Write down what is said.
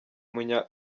munya